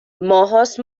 ماههاست